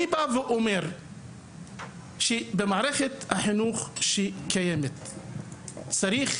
אני בא ואומר שבמערכת החינוך שקיימת צריך